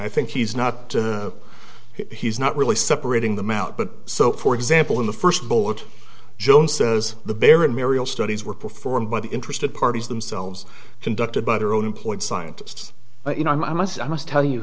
i think he's not he's not really separating them out but so for example in the first boat joan says the baron marial studies were performed by the interested parties themselves conducted by their own employed scientists but you know i must i must tell you